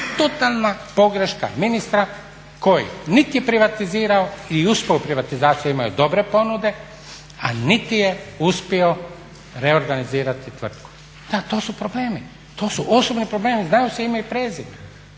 Totalna pogreška ministra koji niti je privatizirao i uspio u privatizaciju, a imao je dobre ponude, a niti je uspio reorganizirati tvrtku. Da, to su problemi, to su osobni problemi, znaju se ime i prezime